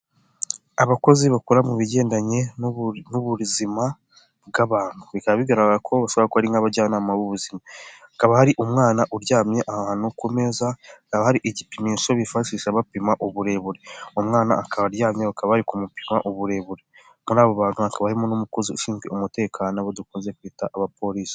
Abakozi bakora mu bigendanye n'ubu n'ubuzima bw'abantu, bikaba bigaragara ko bashobora kuba ari nk'abajyanama b'ubuzima, hakaba hari umwana uryamye ahantu ku meza, hakaba hari igipimisho bifashisha bapima uburebure, umwana akaba aryamye akaba bari kumupima uburebure, muri abo bantu hakaba harimo n'umukozi ushinzwe umutekano abo dukunze kwita abapolisi.